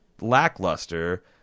lackluster